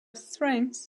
strengths